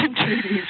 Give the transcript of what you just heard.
treaties